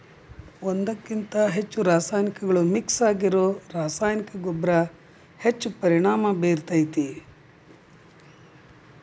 ಒಂದ್ಕಕಿಂತ ಹೆಚ್ಚು ರಾಸಾಯನಿಕಗಳು ಮಿಕ್ಸ್ ಆಗಿರೋ ರಾಸಾಯನಿಕ ಗೊಬ್ಬರ ಹೆಚ್ಚ್ ಪರಿಣಾಮ ಬೇರ್ತೇತಿ